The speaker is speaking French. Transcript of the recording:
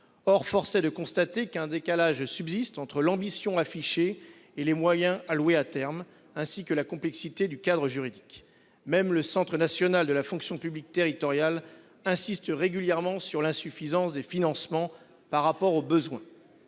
Force est de constater qu'un décalage subsiste entre l'ambition affichée et les moyens alloués à terme, ainsi que la complexité du cadre juridique. Le Centre national de la fonction publique territoriale (CNFPT) lui-même insiste régulièrement sur l'insuffisance des financements au regard des besoins.